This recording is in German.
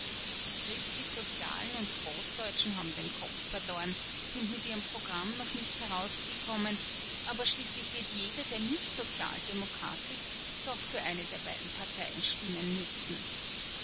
die christlichsozialen und großdeutschen haben den kopf verloren sind mit ihrem programm noch nicht herausgekommen aber schließlich wird jeder der nicht sozialdemokrat ist doch für eine der beiden parteien stimmen müssen